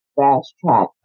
fast-track